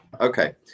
Okay